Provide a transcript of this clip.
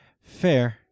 Fair